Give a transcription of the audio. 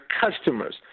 customers